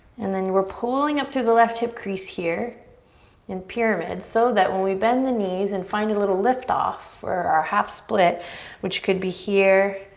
and then we're pulling up through the left hip crease here in pyramid so that when we bend the knees and find a little liftoff for our half split which could be here,